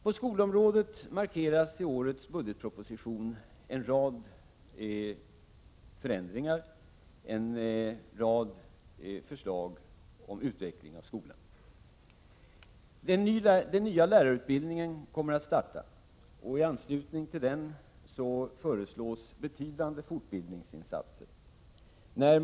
På skolområdet markeras i årets budgetproposition en rad förändringar, en rad förslag om utveckling av skolan: Den nya lärarutbildningen kommer att starta, och i anslutning till den föreslås betydande fortbildningsinsatser.